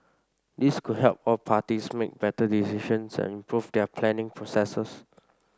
this could help all parties make better decisions and improve their planning processes